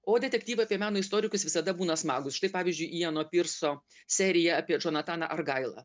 o detektyvai apie meno istorikus visada būna smagūs štai pavyzdžiui ijano pirso serija apie džonataną argailą